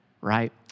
right